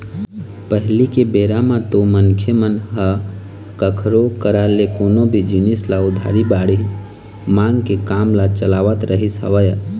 पहिली के बेरा म तो मनखे मन ह कखरो करा ले कोनो भी जिनिस ल उधारी बाड़ही मांग के काम ल चलावत रहिस हवय